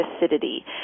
acidity